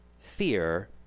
fear